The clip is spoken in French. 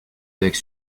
avec